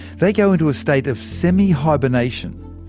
they go into a state of semi-hibernation,